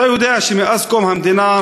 אתה יודע שמאז קום המדינה,